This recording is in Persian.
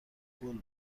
بودم